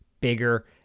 bigger